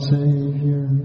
Savior